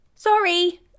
Sorry